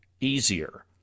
easier